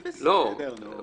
--- בסדר, נו.